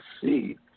see